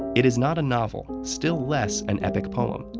it is not a novel. still less an epic poem.